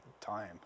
time